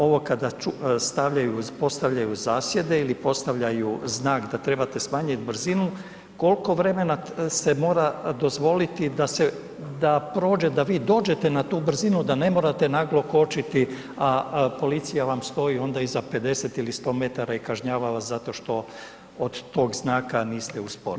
Ovo kada stavljaju, postavljaju zasjede ili postavljaju znak da trebate smanjiti brzinu koliko vremena se mora dozvoliti da se, da prođe da vi dođete na tu briznu da ne morate naglo kočiti a policija vam stoji onda iza 50 ili 100m i kažnjava vas zato što od tog znaka niste usporili.